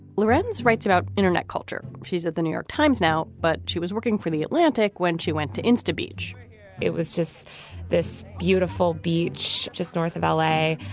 larenz writes about internet culture. she's at the new york times now, but she was working for the atlantic when she went to insta beach it was just this beautiful beach just north of l a.